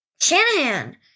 Shanahan